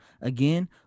Again